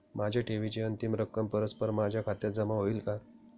माझ्या ठेवीची अंतिम रक्कम परस्पर माझ्या खात्यात जमा होईल का?